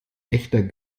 echter